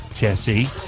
Jesse